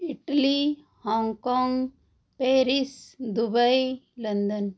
Italy Hong Kong Paris Dubai London